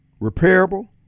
repairable